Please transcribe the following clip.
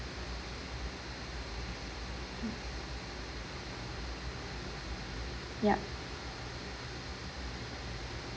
yup